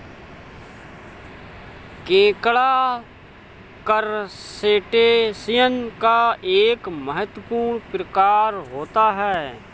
केकड़ा करसटेशिंयस का एक महत्वपूर्ण प्रकार होता है